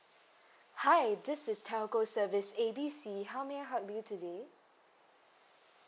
hi this is telco service A B C how may I help you today